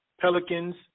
Pelicans